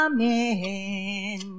Amen